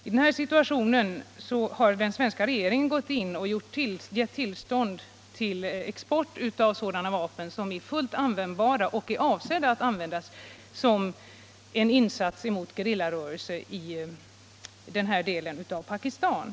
I den situationen har den svenska regeringen gett tillstånd till export av sådana vapen som är fullt användbara och är avsedda att användas som insats mot gerillarörelser i den här delen av Pakistan.